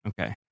okay